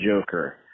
Joker